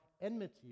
enmity